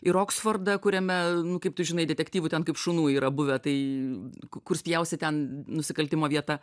ir oksfordą kuriame nu kaip tu žinai detektyvų ten kaip šunų yra buvę tai kur spjausi ten nusikaltimo vieta